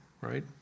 right